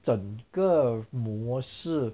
整个模式